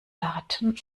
daten